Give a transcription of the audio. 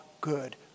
good